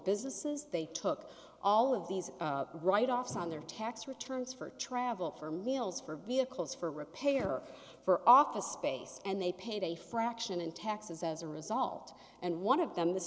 businesses they took all of these write offs on their tax returns for travel for meals for vehicles for repair for office space and they paid a fraction in taxes as a result and one of them